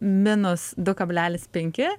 minus du kablelis penki